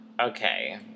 Okay